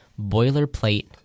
boilerplate